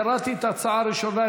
אני קראתי את ההצעה הראשונה,